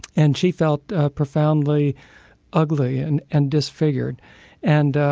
and she felt ah profoundly ugly and and disfigured and,